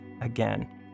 again